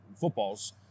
footballs